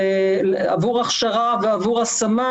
עבור הכשרה ועבור השמה